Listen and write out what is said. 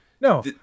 no